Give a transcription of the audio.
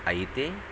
అయితే